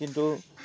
কিন্তু